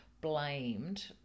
blamed